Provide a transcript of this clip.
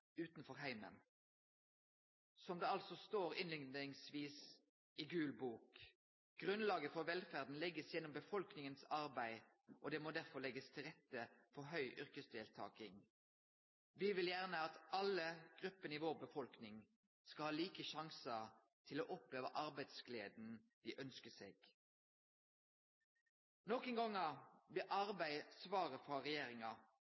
utanfor heimen. Som det står innleiingsvis i Gul bok: «Grunnlaget for velferden legges gjennom befolkningens arbeid, og det må derfor legges til rette for høy yrkesdeltaking.» Me vil gjerne at alle gruppene i vår befolkning skal ha like sjansar til å oppleve arbeidsgleda dei ønskjer seg. Nokre gonger blir arbeid svaret frå regjeringa,